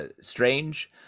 Strange